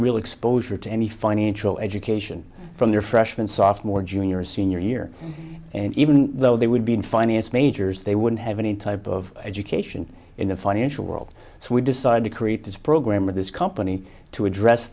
real exposure to any financial education from their freshman sophomore junior or senior year and even though they would be in finance majors they wouldn't have any type of education in the financial world so we decided to create this program with this company to address